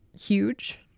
huge